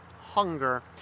hunger